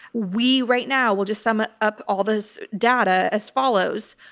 we right now, we'll just sum it up. all this data as follows,